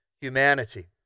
humanity